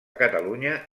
catalunya